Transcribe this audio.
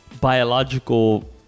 biological